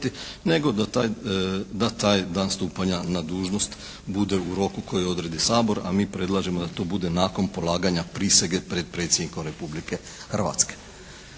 nego da taj dan stupanja na dužnost bude u roku koji odredi Sabor, a mi predlažemo da to bude nakon polaganja prisege pred Predsjednikom Republike Hrvatske.